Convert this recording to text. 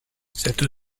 cette